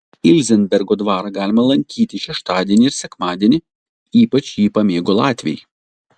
ilzenbergo dvarą galima lankyti šeštadienį ir sekmadienį ypač jį pamėgo latviai